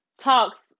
talks